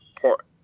port